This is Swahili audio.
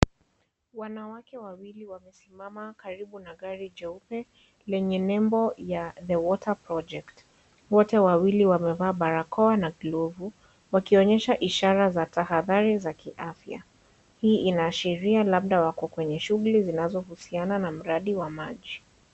Wanawake wawili wamesimama karibu na gari jeupe lenye nembo ya The Water Project. Wote wawili wamevaa barakoa na glavu, wakionyesha ishara za tahadhari za kiafya. Hii inashiria labda wako kwenye shugli zinazo husiana na muradi wa maji.